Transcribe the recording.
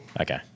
Okay